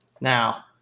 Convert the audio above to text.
Now